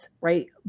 right